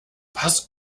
pass